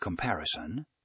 Comparison